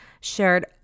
shared